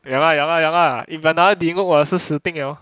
ya lah ya lah ya lah if I 拿 diluc 我也是死定了